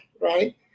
right